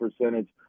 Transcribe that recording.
percentage